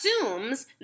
assumes